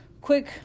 quick